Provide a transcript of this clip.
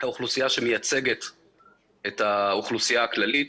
האוכלוסייה שמייצגת את האוכלוסייה הכללית,